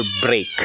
break